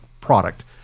product